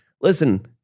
Listen